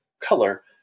color